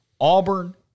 Auburn